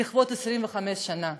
לכבוד 25 שנה.